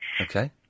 Okay